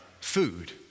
food